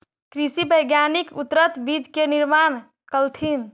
कृषि वैज्ञानिक उन्नत बीज के निर्माण कलथिन